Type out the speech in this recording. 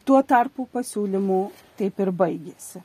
tuo tarpu pasiūlymų taip ir baigėsi